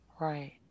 Right